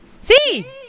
See